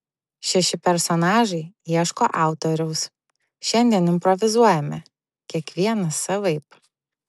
šeši personažai ieško autoriaus šiandien improvizuojame kiekvienas savaip